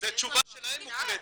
זה תשובה שלהם מוקלטת.